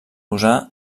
usar